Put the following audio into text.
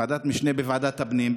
ועדת משנה של ועדת הפנים,